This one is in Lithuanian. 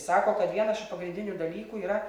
sako kad vienas pagrindinių dalykų yra